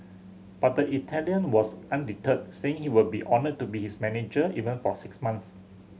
but the Italian was undeterred saying he would be honoured to be its manager even for six months